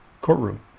courtroom